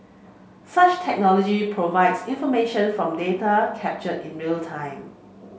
such technology provides information from data captured in real time